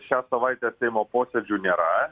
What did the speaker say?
šią savaitę seimo posėdžių nėra